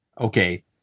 Okay